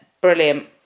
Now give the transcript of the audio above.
brilliant